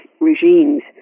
regimes